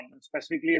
specifically